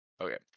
Okay